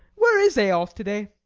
where is eyolf to-day?